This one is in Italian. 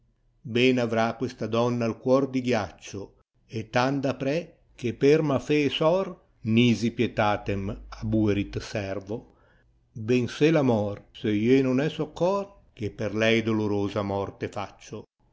ben avrà questa donna il cuor di ghiaccio tan daspres qe per ma fed e sors nisi pietatem habuerit servo ben sai pamors seu ie non hai soccors che per lei dolorosa morte faccio